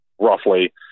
roughly